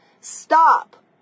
Stop